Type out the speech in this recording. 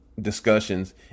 discussions